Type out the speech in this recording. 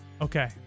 Okay